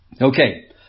okay